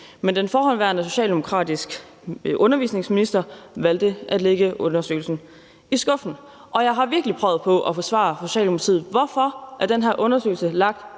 Men den forhenværende socialdemokratiske undervisningsminister valgte at lægge undersøgelsen i skuffen, og jeg har virkelig prøvet på at få svar fra Socialdemokratiet på, hvorfor den her undersøgelse er lagt